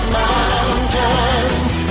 mountains